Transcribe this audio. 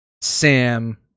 Sam